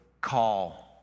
call